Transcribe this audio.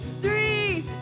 three